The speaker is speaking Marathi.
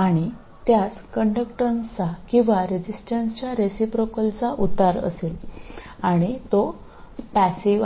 आणि त्यास कंडक्टन्सचाकिंवा रेझिस्टन्सच्या रिसिप्रोकलचा उतार असेल आणि तो पॅसिव आहे